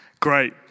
Great